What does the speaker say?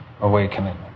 awakening